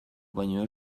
baino